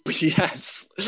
yes